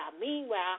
Meanwhile